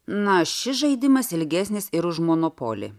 na šis žaidimas ilgesnis ir už monopolį